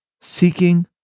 seeking